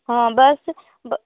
हाँ बस ब